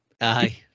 Aye